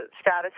status